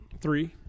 three